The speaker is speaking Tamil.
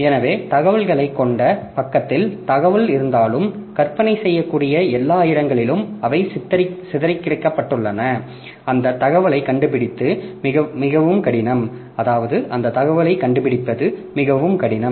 எனவே தகவல்களைக் கொண்ட பக்கத்தில் தகவல் இருந்தாலும் கற்பனை செய்யக்கூடிய எல்லா இடங்களிலும் அவை சிதறடிக்கப்பட்டுள்ளன அந்த தகவலைக் கண்டுபிடிப்பது மிகவும் கடினம்